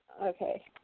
Okay